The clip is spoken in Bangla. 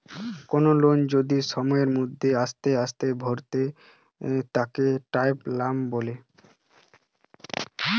কোনো লোন যদি সময় মতো আস্তে আস্তে ভরালয় তাকে টার্ম লোন বলে